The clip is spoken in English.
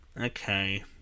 okay